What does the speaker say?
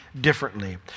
differently